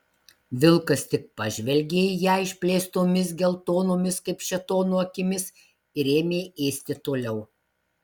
vilkas tik pažvelgė į ją išplėstomis geltonomis kaip šėtono akimis ir ėmė ėsti toliau